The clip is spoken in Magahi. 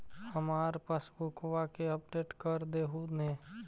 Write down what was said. हमार पासबुकवा के अपडेट कर देहु ने?